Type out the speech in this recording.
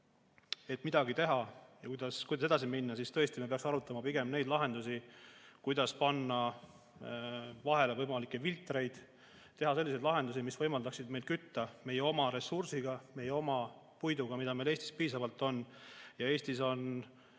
et midagi teha ja kuidas edasi minna, siis tõesti, me peaks arutama pigem neid lahendusi, kuidas panna vahele võimalikke filtreid, teha selliseid lahendusi, mis võimaldaksid meil kütta meie oma ressursiga, meie oma puiduga, mida Eestis on piisavalt. Eestis on